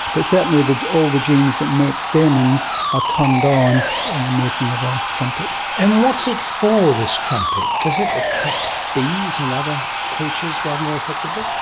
but certainly all the genes that make stamens are turned on in the making of a trumpet. and what's it for, this trumpet? does it attract bees and other creatures rather more effectively?